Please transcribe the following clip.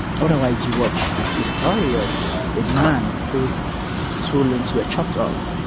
otherwise you watch the story of a man whose two limbs were chopped off,